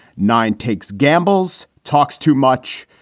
nine takes gambles, talks too much,